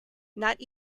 not